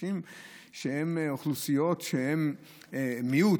אוכלוסיות שהן מיעוט.